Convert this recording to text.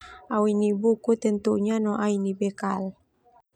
Au ini buku no tentunya au ini no bekal.